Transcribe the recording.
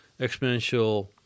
exponential